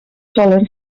solen